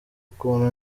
ukuntu